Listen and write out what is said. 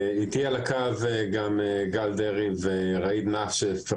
נמצאים גל דרעי וראיד נאשף.